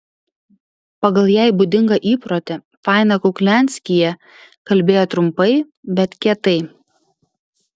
pagal jai būdingą įprotį faina kuklianskyje kalbėjo trumpai bet kietai